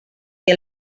que